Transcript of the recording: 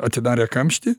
atidarę kamštį